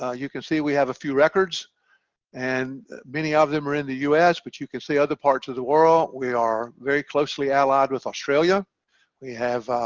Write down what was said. ah you can see we have a few records and many of them are in the us but you can see other parts of the world. we are very closely allied with australia we have